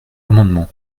amendement